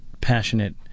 passionate